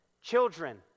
Children